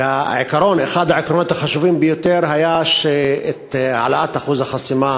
ואחד העקרונות החשובים ביותר היה שאת העלאת אחוז החסימה